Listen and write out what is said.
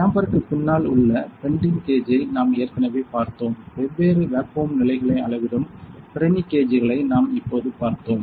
சேம்பர்க்கு பின்னால் உள்ள bending gauge ஐ நாம் ஏற்கனவே பார்த்தோம் வெவ்வேறு வேக்குவம் நிலைகளை அளவிடும் பிரனி கேஜ்களை நாம் இப்போது பார்த்தோம்